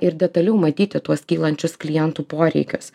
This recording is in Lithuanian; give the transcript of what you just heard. ir detaliau matyti tuos kylančius klientų poreikius